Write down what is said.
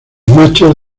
machos